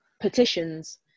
petitions